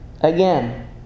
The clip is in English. again